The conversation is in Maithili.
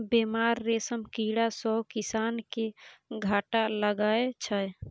बेमार रेशम कीड़ा सँ किसान केँ घाटा लगै छै